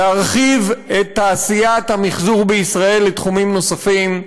ולהרחיב את תעשיית המחזור בישראל לתחומים נוספים.